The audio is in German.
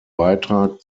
beitrag